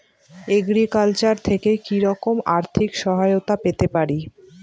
Agriculture থেকে কি রকম আর্থিক সহায়তা পেতে পারি?